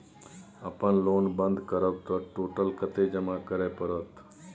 अपन लोन बंद करब त टोटल कत्ते जमा करे परत?